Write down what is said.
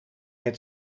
het